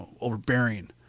overbearing